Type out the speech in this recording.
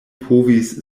povis